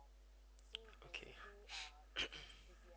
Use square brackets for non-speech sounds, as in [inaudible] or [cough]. okay [breath] [coughs]